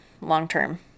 long-term